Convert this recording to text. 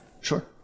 Sure